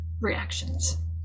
reactions